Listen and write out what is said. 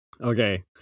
Okay